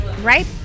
right